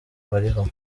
bariho